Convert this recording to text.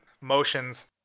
motions